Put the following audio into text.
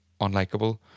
unlikable